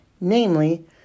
namely